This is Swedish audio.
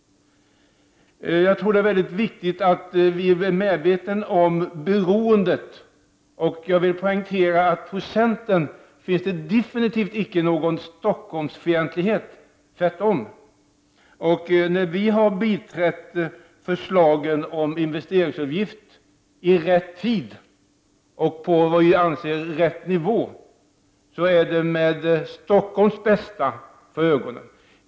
Jag tror att det är viktigt att vi är väl medvetna om beroendet. Jag vill poängtera att från centerns sida finns det definitivt ingen Stockholmsfientlighet. Tvärtom! Vi har biträtt förslagen om investeringsavgift i rätt tid, på vad vi anser vara rätt nivå och med Stockholms bästa för ögonen.